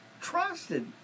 trusted